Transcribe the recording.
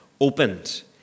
opened